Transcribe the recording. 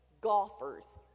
golfers